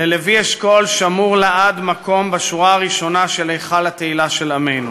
ללוי אשכול שמור לעד מקום בשורה הראשונה בהיכל התהילה של עמנו.